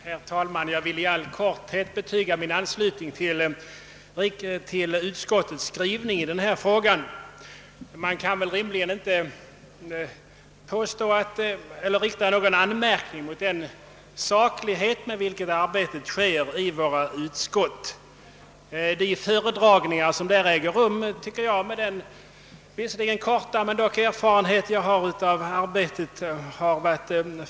Herr talman! Jag vill i all korthet deklarera min anslutning till utskottets skrivning i denna fråga. Man kan väl inte rikta någon amärkning mot den saklighet med vilken arbetet i våra utskott sker. De föredragningar som där äger rum är föredömliga, tycker jag, med min erfarenhet av arbetet, låt vara att den är kort.